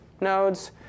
nodes